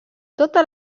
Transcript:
totes